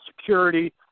security